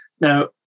now